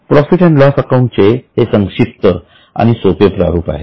profit and loss अकाउंटचे हे संक्षिप्त आणि सोपे प्रारूप आहे